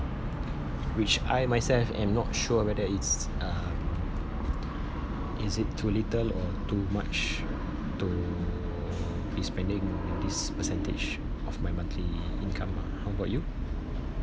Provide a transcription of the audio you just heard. which I myself am not sure whether it's um is it too little or too much to be spending at this percentage of my monthly income ah how about you